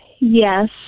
Yes